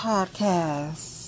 podcast